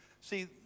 See